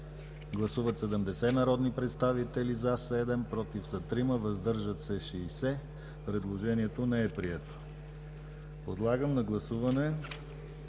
Гласували 70 народни представители: за 7, против 3, въздържали се 60. Предложението не е прието. Подлагам на гласуване